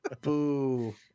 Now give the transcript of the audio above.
boo